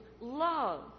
love